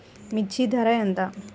మిర్చి ధర ఎంత?